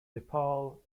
nepal